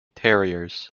terriers